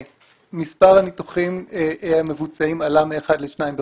מספר הניתוחים המבוצעים עלה מאחד לשניים בחודש.